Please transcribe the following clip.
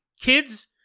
kids